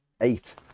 eight